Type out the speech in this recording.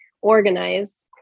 organized